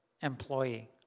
employee